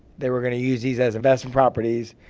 they were going to use these as investment properties.